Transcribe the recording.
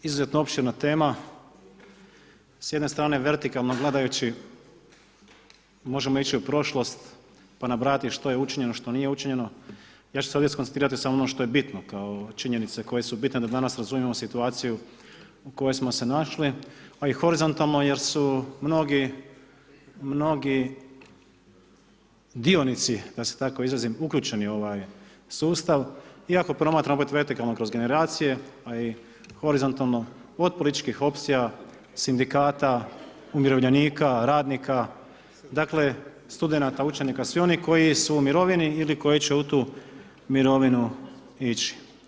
Izuzetno opširna tema, s jedne strane vertikalno gledajući možemo ići u prošlost pa nabrajati što je učinjeno, što nije učinjeno, ja ću se ovdje skoncentrirati samo na ono što je bitno kao činjenice koje su bitne da danas razumijemo situaciju u kojoj smo se našli ali i horizontalno jer su mnogi dionici da se tako izrazim, uključeni u ovaj sustav i ako promatramo opet vertikalno kroz generacije a i horizontalno, od političkih opcija, sindikata, umirovljenika, radnika, dakle studenata, učenika, svi onih koji su u mirovini ili koji će u tu mirovinu ići.